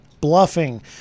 bluffing